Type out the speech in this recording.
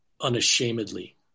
unashamedly